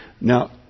Now